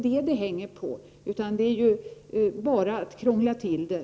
Det är bara att krångla till det.